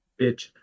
Bitch